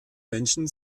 menschen